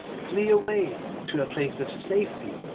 flee away to a place of safety.